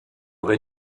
rez